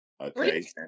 okay